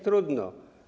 Trudno.